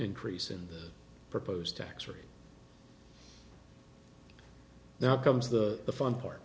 increase in the proposed tax rate now comes the fun part